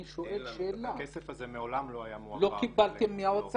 אני שואל שאלה -- הכסף הזה מעולם לא היה מועבר -- לא קיבלתם מהאוצר?